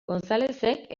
gonzalezek